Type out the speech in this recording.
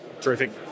Terrific